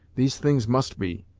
these things must be,